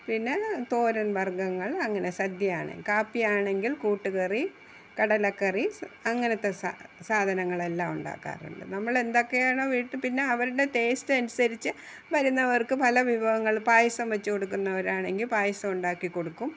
പിന്നെ തോരൻ വർഗ്ഗങ്ങൾ അങ്ങനെ സദ്യയാണെൽ കാപ്പി ആണെങ്കിൽ കൂട്ട്കറി കടലക്കറി സ് അങ്ങനത്തെ സാ സാധനങ്ങളെല്ലാം ഉണ്ടാക്കാറുണ്ട് നമ്മള് എന്തൊക്കെയാണോ വീട്ടിൽ പിന്നെ അവരുടെ ടേസ്റ്റ് അനുസരിച്ച് വരുന്നവർക്ക് പല വിഭവങ്ങൾ പായസം വച്ചുകൊടുക്കുന്നവരാണെങ്കിൽ പായസം ഉണ്ടാക്കി കൊടുക്കും